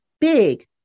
big